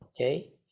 okay